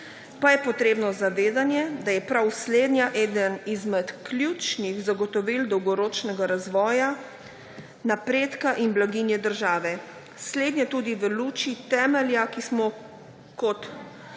pa je potrebno zavedanje, da je prav slednja ena izmed ključnih zagotovil dolgoročnega razvoja, napredka in blaginje države. Slednje tudi v luči temelja, da smo kot suveren